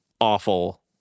awful